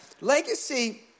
Legacy